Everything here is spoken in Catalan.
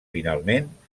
finalment